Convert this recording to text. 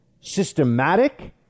systematic